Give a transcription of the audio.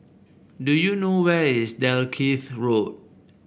do you know where is Dalkeith Road